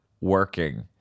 working